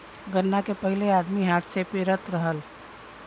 गन्ना के पहिले आदमी हाथ से पेरत रहल